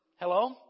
Hello